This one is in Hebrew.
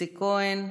איציק כהן,